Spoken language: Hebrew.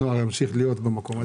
הנוער ימשיך להיות במקום הזה.